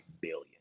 billion